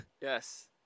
Yes